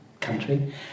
country